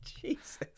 jesus